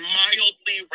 mildly